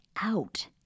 out